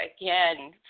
again